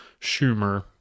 Schumer